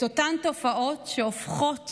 את אותן תופעות שהופכות